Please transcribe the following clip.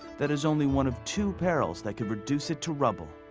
that is only one of two perils that could reduce it to rubble.